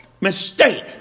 mistake